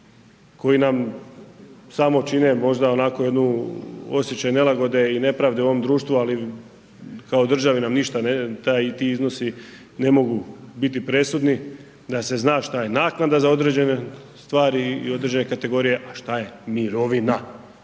koji nam samo čine možda onako jedan osjećaj nelagode i nepravde u ovom društvu, ali kao državi nam ništa ti iznosi ne mogu biti presudni, da se zna šta je naknada za određene stvari i određene kategorije, a šta je mirovina